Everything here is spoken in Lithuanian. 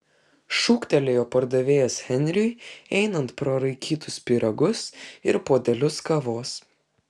šūktelėjo pardavėjas henriui einant pro raikytus pyragus ir puodelius kavos